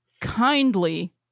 kindly